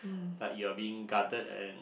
but you are being guarded and